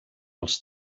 els